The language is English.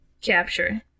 capture